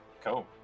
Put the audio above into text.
cool